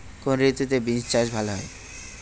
কোন ঋতুতে বিন্স চাষ ভালো হয়?